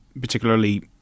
particularly